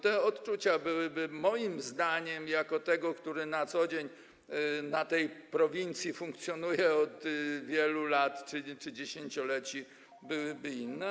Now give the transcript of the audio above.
Te odczucia moim zdaniem, jako tego, kto na co dzień na tej prowincji funkcjonuje od wielu lat czy dziesięcioleci, byłyby inne.